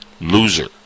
loser